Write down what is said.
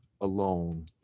alone